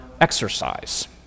exercise